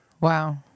Wow